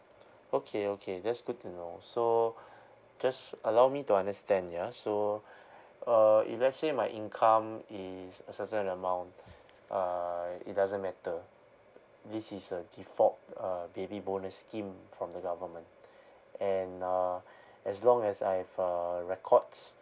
okay okay that's good to know so just allow me to understand ya so uh if let's say my income is a certain amount uh it doesn't matter this is a default uh baby bonus scheme from the government and uh as long as I have uh records